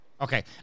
Okay